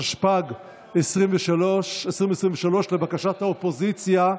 התשפ"ג 2023. לבקשת האופוזיציה,